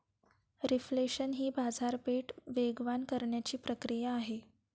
reflation ही बाजारपेठ वेगवान करण्याची प्रक्रिया आहे